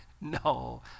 no